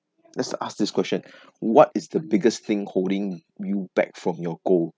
let's ask this question what is the biggest thing holding you back from your goal